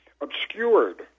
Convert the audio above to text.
obscured